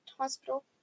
Hospital